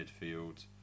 midfield